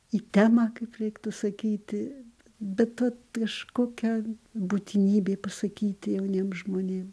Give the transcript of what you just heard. į temą kaip reiktų sakyti bet vat kažkokia būtinybė pasakyti jauniem žmonėm